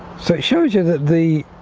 so it showed you that the